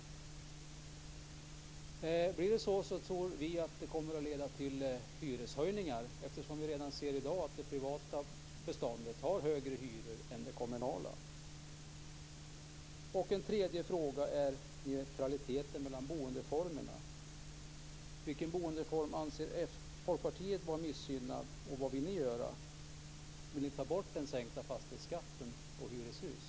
Blir det så tror vi att detta kommer att leda till hyreshöjningar. Vi ser ju redan i dag att det privata beståndet har högre hyror än det kommunala. En tredje fråga är neutraliteten mellan boendeformerna. Vilken boendeform anser Folkpartiet vara missgynnad och vad vill ni göra? Vill ni ta bort den sänkta fastighetsskatten på hyreshus?